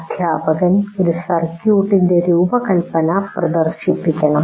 അധ്യാപകൻ ഒരു സർക്യൂട്ടിന്റെ രൂപകൽപ്പന പ്രദർശിപ്പിക്കണം